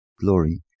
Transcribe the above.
glory